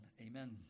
Amen